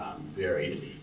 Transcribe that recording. varied